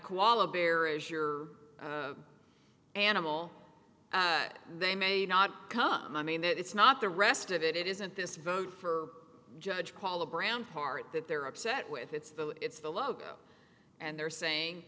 koala bear as your animal they may not come i mean that it's not the rest of it it isn't this vote for judge paula brown part that they're upset with it's the it's the logo and they're saying